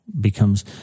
becomes